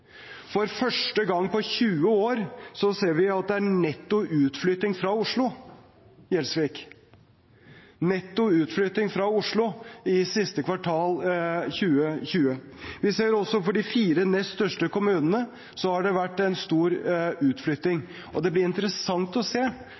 For første gang på 20 år ser vi – representanten Gjelsvik – at det er netto utflytting fra Oslo, i siste kvartal 2020. Vi ser også at for de fire nest største kommunene har det vært stor utflytting.